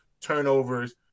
turnovers